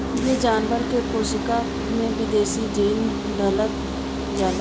इ जानवर के कोशिका में विदेशी जीन डालल जाला